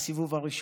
בסיבוב הראשון,